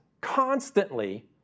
constantly